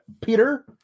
Peter